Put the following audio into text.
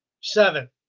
seven